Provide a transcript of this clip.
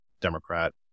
Democrat